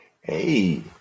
Hey